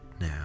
now